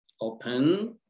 open